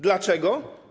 Dlaczego?